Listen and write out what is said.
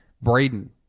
Braden